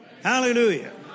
Hallelujah